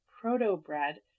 proto-bread